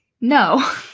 no